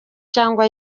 cyangwa